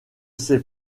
ses